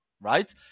right